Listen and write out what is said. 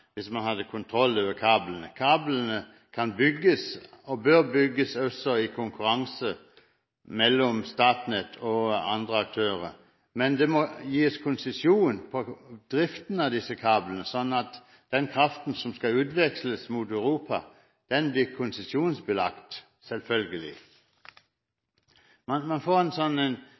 hvis man hadde kontroll over kablene. Kablene kan og bør bygges i konkurranse mellom Statnett og andre aktører, men det må gis konsesjon til driften av disse kablene, sånn at kraften som skal utveksles mot Europa, blir konsesjonsbelagt, selvfølgelig.